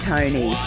Tony